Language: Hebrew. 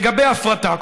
לגבי הפרטה,